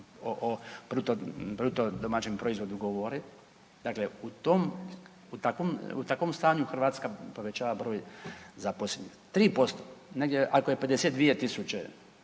to svi podaci o BDP-u govore, dakle u takvom stanju Hrvatska povećava broj zaposlenih. 3%, negdje ako je 52 000